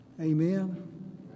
Amen